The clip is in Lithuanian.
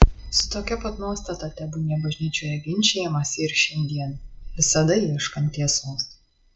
su tokia pat nuostata tebūnie bažnyčioje ginčijamasi ir šiandien visada ieškant tiesos